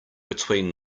between